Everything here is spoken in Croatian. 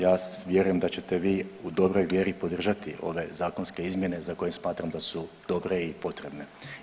Ja vjerujem da ćete bi u dobroj vjeri podržati ove zakonske izmjene za koje smatram da su dobre i potrebne.